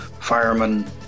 firemen